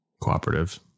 cooperative